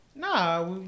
Nah